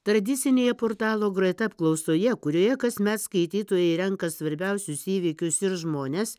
tradicinėje portalo groeta apklausoje kurioje kasmet skaitytojai renka svarbiausius įvykius ir žmones